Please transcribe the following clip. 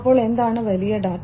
അപ്പോൾ എന്താണ് വലിയ ഡാറ്റ